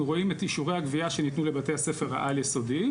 וכאן אנחנו רואים את אישורי הגבייה שניתנו לבתי הספר העל יסודיים,